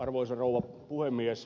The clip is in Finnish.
arvoisa rouva puhemies